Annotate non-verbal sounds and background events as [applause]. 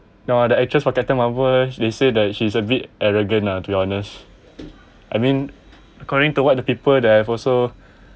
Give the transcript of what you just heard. no the actress for the captain marvel they say that she's a bit arrogant lah to be honest I mean according to what the people that have also [breath]